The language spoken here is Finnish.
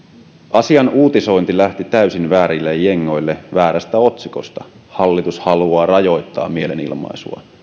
asian uutisointi lähti täysin väärille jengoille väärästä otsikosta hallitus haluaa rajoittaa mielenilmaisua